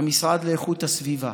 המשרד לאיכות הסביבה,